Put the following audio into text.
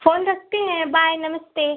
phone रखते हैं bye नमस्ते